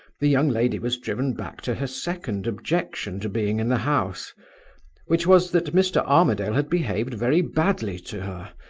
the young lady was driven back to her second objection to being in the house which was, that mr. armadale had behaved very badly to her,